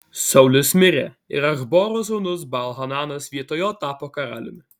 saulius mirė ir achboro sūnus baal hananas vietoj jo tapo karaliumi